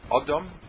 Adam